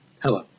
Hello